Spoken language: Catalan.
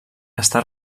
està